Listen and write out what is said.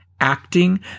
acting